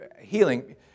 healing